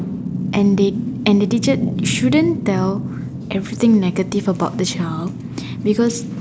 and they and they teacher shouldn't tell everything negative of the child because